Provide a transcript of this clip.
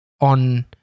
on